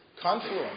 confluence